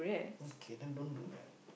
okay then don't do that